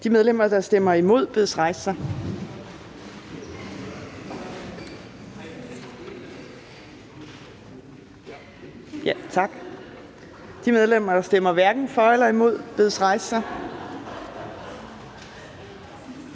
De medlemmer, der stemmer imod, bedes rejse sig. Tak. De medlemmer, der stemmer hverken for eller imod, bedes rejse sig.